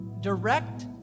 direct